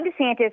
DeSantis